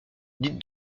dites